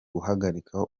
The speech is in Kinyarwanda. guhagarika